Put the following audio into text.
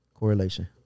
Correlation